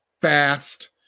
fast